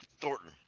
Thornton